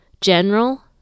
General